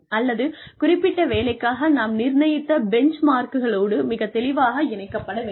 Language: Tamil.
அல்லது குறிப்பிட்ட வேலைக்காக நாம் நிர்ணயித்த பெஞ்ச்மார்க்களோடு மிகத் தெளிவாக இணைக்கப்பட வேண்டும்